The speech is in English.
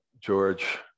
George